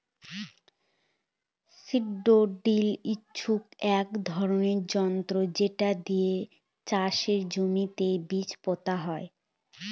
seed drill হচ্ছে এক ধরনের যন্ত্র যেটা দিয়ে চাষের জমিতে বীজ পোতা হয়